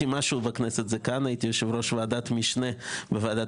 משהו בכנסת כשהייתי יושב-ראש ועדת משנה לתלמידים עולים בוועדת